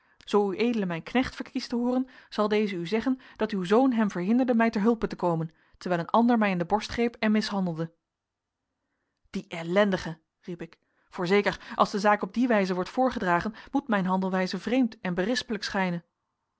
zoo ued mijn knecht verkiest te hooren zal deze u zeggen dat uw zoon hem verhinderde mij ter hulpe te komen terwijl een ander mij in de borst greep en mishandelde die ellendige riep ik voorzeker als de zaak op die wijze wordt voorgedragen moet mijn handelwijze vreemd en berispelijk schijnen